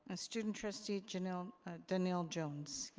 student trustee donnell donnell jones.